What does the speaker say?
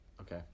Okay